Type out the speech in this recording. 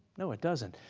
no, it doesn't.